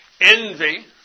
Envy